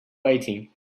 waiting